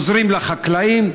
עוזרים לחקלאים,